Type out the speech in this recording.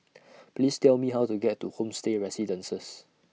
Please Tell Me How to get to Homestay Residences